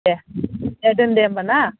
देह दे दोन दे होमब्ला ना